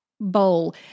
Bowl